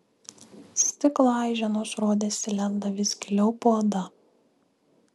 stiklo aiženos rodėsi lenda vis giliau po oda